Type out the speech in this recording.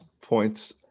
points